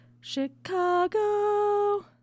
Chicago